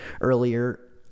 earlier